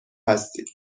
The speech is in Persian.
هستید